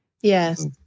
yes